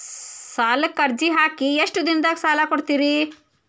ಸಾಲಕ ಅರ್ಜಿ ಹಾಕಿ ಎಷ್ಟು ದಿನದಾಗ ಸಾಲ ಕೊಡ್ತೇರಿ?